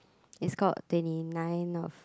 it's called twenty nine of